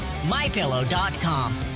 MyPillow.com